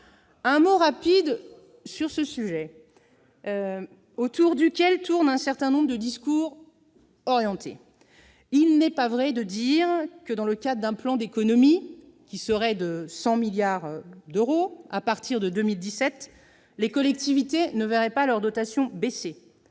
Oui, rapide !... autour duquel tournent un certain nombre de discours orientés. Il n'est pas vrai de dire que, dans le cadre d'un plan d'économies qui serait de 100 milliards d'euros à partir de 2017, les collectivités ne verraient pas leurs dotations baisser.